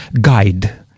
guide